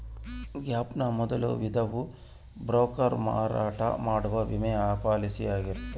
gap ನ ಮೊದಲ ವಿಧವು ಬ್ರೋಕರ್ ಮಾರಾಟ ಮಾಡುವ ವಿಮಾ ಪಾಲಿಸಿಯಾಗೈತೆ